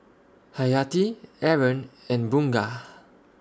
Hayati Aaron and Bunga